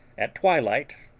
at twilight,